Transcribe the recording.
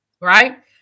right